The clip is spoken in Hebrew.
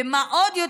ומה עוד?